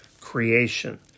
creation